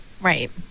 Right